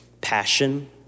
passion